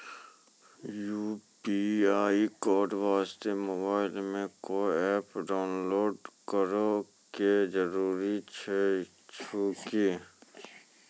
UPI code वास्ते mobile मे कोय एप्प डाउनलोड करे के जरूरी होय छै की?